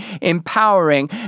empowering